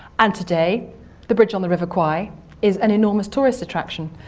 and today the bridge on the river kwai is an enormous tourist attraction.